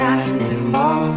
animal